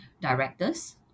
directors